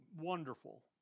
wonderful